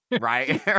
Right